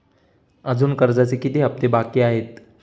अजुन कर्जाचे किती हप्ते बाकी आहेत?